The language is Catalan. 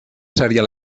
seria